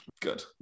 Good